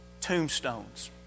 tombstones